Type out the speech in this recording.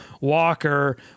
Walker